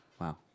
Wow